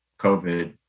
COVID